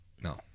No